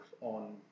on